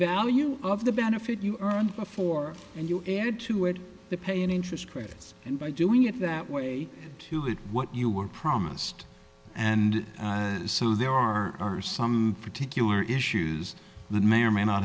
value of the benefit you earned before and you add to it the pay in interest credits and by doing it that way to what you were promised and there are some particular issues that may or may not